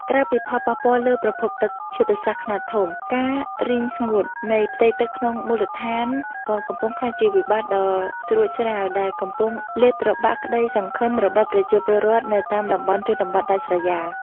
ក្រៅពីផលប៉ះពាល់លើប្រភពទឹកយុទ្ធសាស្ត្រខ្នាតធំ ការរីងស្ងួតនៃផ្ទៃទឹកក្នុងមូលដ្ឋានក៏កំពុងក្លាយជាវិបត្តិដ៏ស្រួចស្រាវដែលកំពុងលេបត្របាក់ក្តីសង្ឃឹមរបស់ប្រជាពលរដ្ឋនៅតាមតំបន់ជនបទដាច់ស្រយាល។